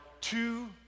two